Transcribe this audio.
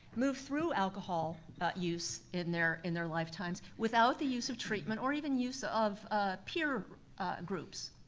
move through alcohol use in their in their lifetimes without the use of treatment or even use ah of peer groups.